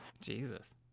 Jesus